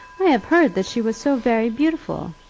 i have heard that she was so very beautiful!